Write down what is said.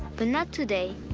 but not today.